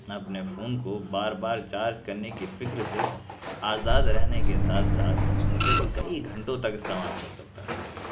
میں اپنے فون کو بار بار چارج کرنے کی فکر سے آزاد رہنے کے ساتھ ساتھ اسے کئی گھنٹوں تک استعمال کر سکتا تھا